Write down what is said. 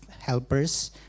helpers